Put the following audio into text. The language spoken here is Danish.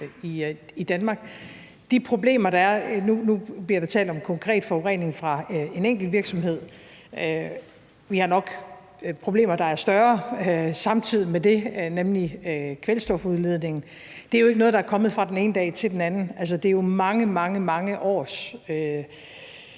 Det er jo ikke noget, der er kommet fra den ene dag til den anden. Det er mange,